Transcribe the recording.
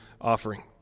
offering